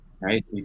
right